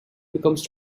becomes